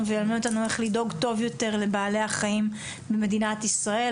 וילמד אותנו איך לדאוג טוב יותר לבעלי החיים במדינת ישראל,